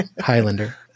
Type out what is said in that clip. Highlander